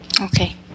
Okay